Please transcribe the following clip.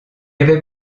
avait